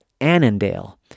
Annandale